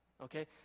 Okay